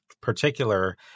particular